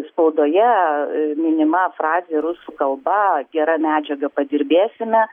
spaudoje minima frazė rusų kalba gera medžiaga padirbėsime